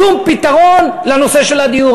שום פתרון לנושא של הדיור,